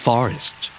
Forest